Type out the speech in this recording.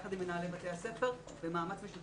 ויחד עם מנהלי בתי הספר במאמץ משותף.